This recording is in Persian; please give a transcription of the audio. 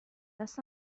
دست